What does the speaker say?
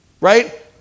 right